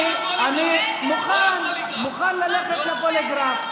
אני מוכן ללכת לפוליגרף.